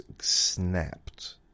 snapped